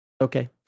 okay